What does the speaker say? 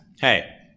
hey